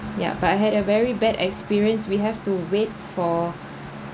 yeah but I had a very bad experience we have to wait for